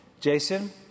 Jason